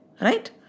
Right